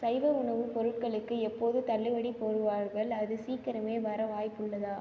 சைவ உணவுப் பொருட்களுக்கு எப்போது தள்ளுபடி போடுவார்கள் அது சீக்கிரமே வர வாய்ப்புள்ளதா